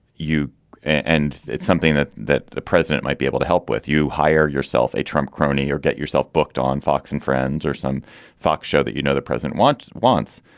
you and it's something that that the president might be able to help with. you hire yourself a trump crony or get yourself booked on fox and friends or some fox show that, you know, the president wants once.